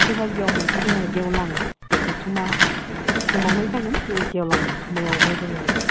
से बाजियाव मोनसे जोङओ गेवलां जथुम्मा खुंबावनाय जागोन बे गेवलां जथुम्मायावबो जोङो